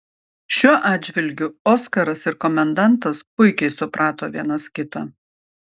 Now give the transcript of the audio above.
šiuo atžvilgiu oskaras ir komendantas puikiai suprato vienas kitą